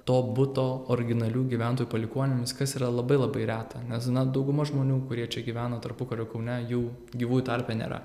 to buto originalių gyventojų palikuonimis kas yra labai labai reta nes dauguma žmonių kurie čia gyveno tarpukario kaune jų gyvųjų tarpe nėra